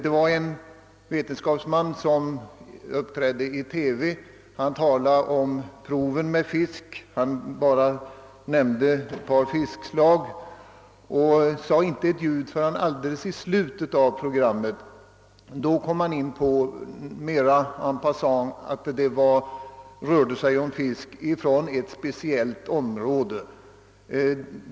En vetenskapsman som uppträdde i TV talade om proven med fisk och nämnde ett par fiskslag. Inte förrän alldeles i slutet av programmet kom han mera en passant in på att det rörde sig om fisk från ett speciellt område.